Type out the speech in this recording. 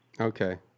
Okay